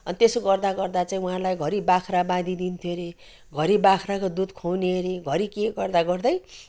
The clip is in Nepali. अनि त्यसो गर्दा गर्दा चाहिँ उहाँलाई घरि बाख्रा बाँधिदिन्थ्यो अरे घरि बाख्राको दुध खुवाउने अरे घरि के गर्दा गर्दै